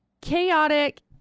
chaotic